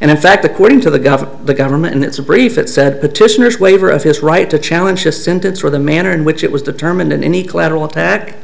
and in fact according to the government the government and it's a brief it said petitioners waiver of his right to challenge the sentence or the manner in which it was determined in any collateral attack